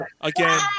again